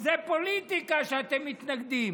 זה פוליטיקה שאתם מתנגדים.